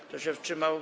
Kto się wstrzymał?